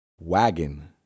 wagon